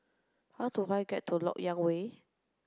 how do I get to Lok Yang Way